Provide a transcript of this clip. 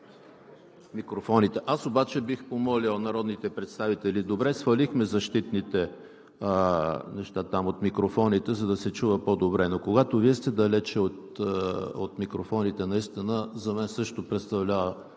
Бих помолил народните представители… Добре, свалихме защитните неща от микрофоните, за да се чува по-добре, но когато Вие сте далече от микрофоните, за мен също представлява